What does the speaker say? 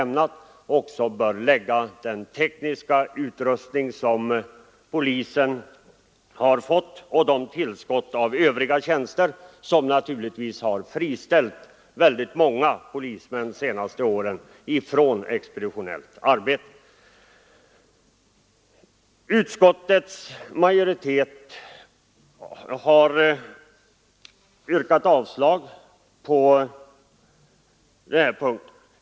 Med åberopande av den redovisningen ber jag att få yrka bifall till utskottets hemställan i detta avsnitt, vilket innebär avslag på reservationerna 3 och 4.